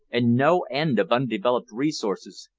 and no end of undeveloped resources,